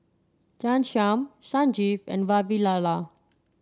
Ghanshyam Sanjeev and Vavilala